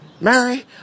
Mary